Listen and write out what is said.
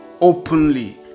openly